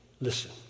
Listen